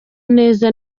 neza